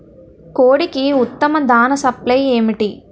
కోడికి ఉత్తమ దాణ సప్లై ఏమిటి?